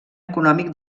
econòmic